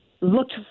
looked